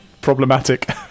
problematic